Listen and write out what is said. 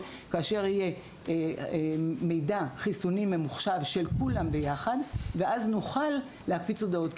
כאשר יהיה מידע חיסוני ממוחשב של כולם ביחד ואז נוכל להפיץ הודעות.